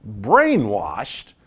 Brainwashed